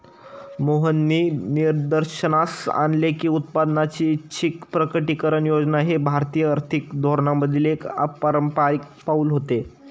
मोहननी निदर्शनास आणले की उत्पन्नाची ऐच्छिक प्रकटीकरण योजना हे भारतीय आर्थिक धोरणांमधील एक अपारंपारिक पाऊल होते